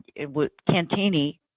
Cantini